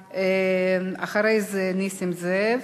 אחרי זה, נסים זאב,